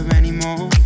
anymore